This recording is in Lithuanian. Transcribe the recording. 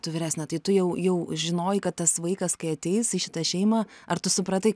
tu vyresnė tai tu jau jau žinojai kad tas vaikas kai ateis į šitą šeimą ar tu supratai